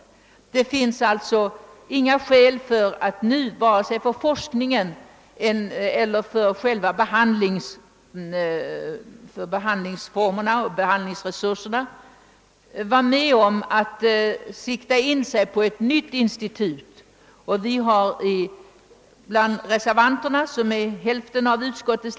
Vi reservanter, som utgör hälften av utskottets ledamöter, har ansett att det varken med hänsyn till forskningen eller dispositionen av behandlingsresurser och behandlingsformer föreligger skäl för att nu inrätta ett nytt institut av det slag som här föreslås.